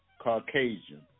Caucasian